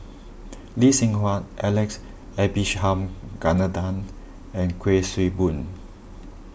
Lee Seng Huat Alex and Kuik Swee Boon